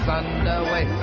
underway